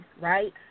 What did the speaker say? right